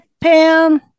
Pam